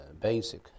basic